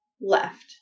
left